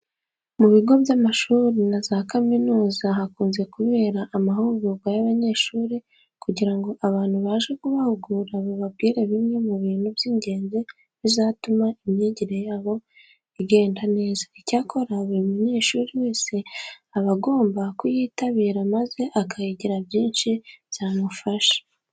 Mu bigo by'amashuri makuru na za kaminuza, hakunze kubera amahugurwa y'abanyeshuri kugira ngo abantu baje kubahugura bababwire bimwe mu bintu by'ingenzi bizatuma imyigire yabo igenda neza. Icyakora buri munyeshuri wese aba agomba kuyitabira maze akahigira byinshi byamufasha.